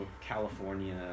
California